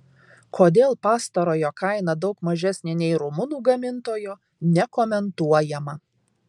kodėl pastarojo kaina daug mažesnė nei rumunų gamintojo nekomentuojama